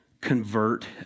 convert